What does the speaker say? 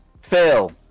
Phil